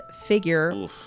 figure